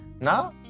Now